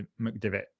McDivitt